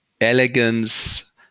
elegance